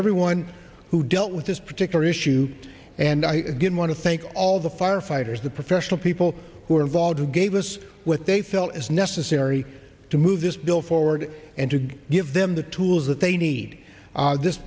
everyone who dealt with this particular issue and i did want to thank all the firefighters the professional people who are involved who gave us what they felt is necessary to move this bill forward and to give them the tools that they need this